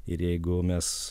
ir jeigu mes